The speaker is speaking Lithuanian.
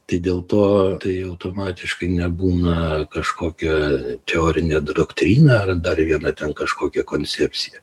tai dėl to tai automatiškai nebūna kažkokia teorinė doktrina ar dar viena ten kažkokia koncepcija